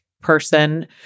person